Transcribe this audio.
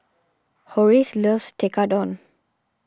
Horace loves Tekkadon